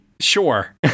sure